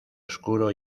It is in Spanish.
oscuro